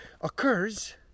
occurs